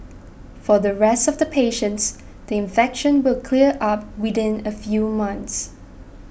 for the rest of the patients the infection will clear up within a few months